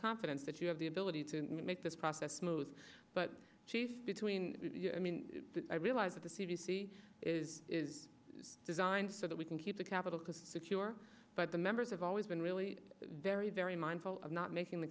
confidence that you have the ability to make this process smooth but she's between i mean i realize that the c d c is is designed so that we can keep the capital cost secure but the members have always been really very very mindful of not making the